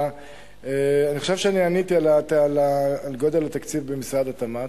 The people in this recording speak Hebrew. אני חושב שעניתי על גודל התקציב במשרד התמ"ת,